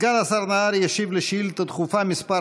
סגן השר נהרי ישיב על שאילתה דחופה מס'